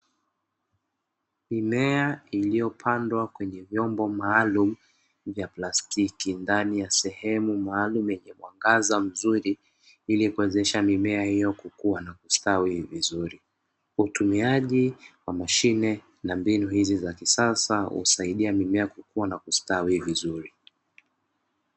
Mimea iliyopandwa kwenye vyombo maalumu vya plastiki ndani ya sehemu maalumu yenye mwangaza mzuri, ili kuwezesha mimea hiyo kukua na kustawi vizuri. Utumiaji wa mashine na mbinu hizi za kisasa husaidia mimea kukua na kustawi vizuri.